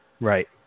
Right